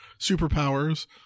superpowers